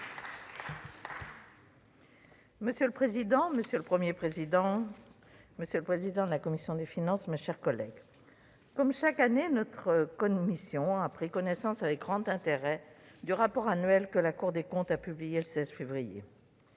Monsieur le président, monsieur le Premier président de la Cour des comptes, mes chers collègues, comme chaque année, notre commission a pris connaissance avec grand intérêt du rapport public annuel que la Cour des comptes a publié le 16 février